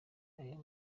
ayo